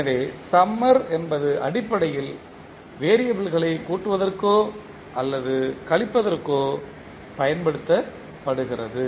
எனவே சம்மர் என்பது அடிப்படையில் வெறியபிள்களை கூட்டுவதற்கோ அல்லது கழிப்பதற்கோ பயன்படுத்தப்படுகிறது